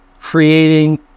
creating